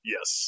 Yes